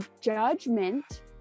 judgment